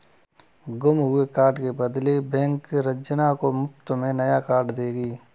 गुम हुए कार्ड के बदले बैंक रंजना को मुफ्त में नया कार्ड देगी